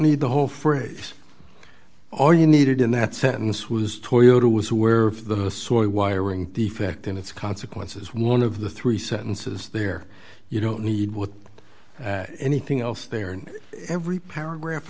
need the whole phrase all you needed in that sentence was toilet or was aware of the soil wiring defect in its consequences one of the three sentences there you don't need with anything else there in every paragraph